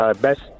Best